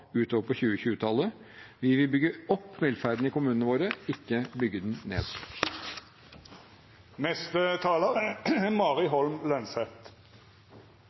utover på 2020-tallet. Vi vil bygge opp velferden i kommunene våre, ikke bygge den ned. Det at folk flest eier sin egen bolig, er